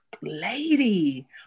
lady